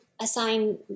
assign